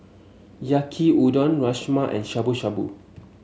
Yaki Udon Rajma and Shabu Shabu